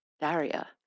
Daria